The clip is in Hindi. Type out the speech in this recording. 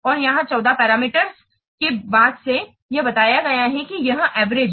और यहां 14 पैरामीटर के बाद से यह बताया गया है कि यह एवरेज है